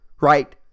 right